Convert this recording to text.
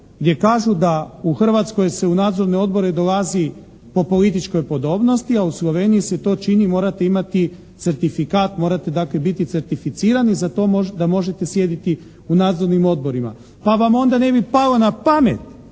gdje kažu da u Hrvatskoj se u nadzorne odbore dolazi po političkoj podobnosti a u Sloveniji se to čini, morate imati certifikat, morate dakle biti certificirani za to da možete sjediti u nadzornim odborima. Pa vam onda ne bi palo na pamet